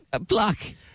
Black